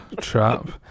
trap